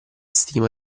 stima